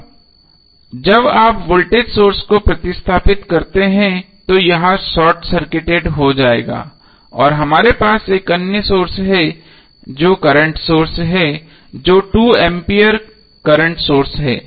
अब जब आप वोल्टेज सोर्स को प्रतिस्थापित करते हैं तो यह शार्ट सर्किटेड हो जाएगा और हमारे पास एक अन्य सोर्स है जो करंट सोर्स है जो 2 A करंट सोर्स है